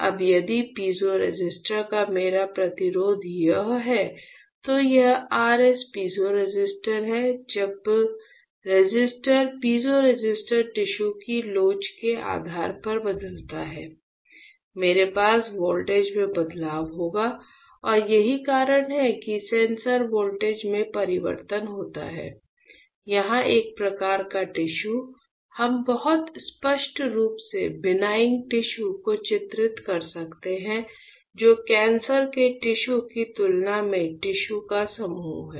अब यदि पीज़ोरेसिस्टर का मेरा प्रतिरोध यह है तो यह RS पीज़ोरेसिस्टर है जब रेसिस्टर पीज़ोरेसिस्टर टिश्यू की लोच के आधार पर बदलता है मेरे पास वोल्टेज में बदलाव होगा और यही कारण है कि सेंसर वोल्टेज में परिवर्तन होता है यहां एक प्रकार का टिश्यू हम बहुत स्पष्ट रूप से बिनाइन टिश्यू को चित्रित कर सकते हैं जो कैंसर के टिश्यू की तुलना में टिश्यू का समूह है